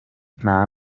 nta